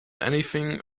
anything